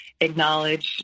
acknowledge